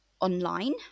online